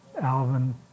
Alvin